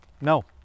No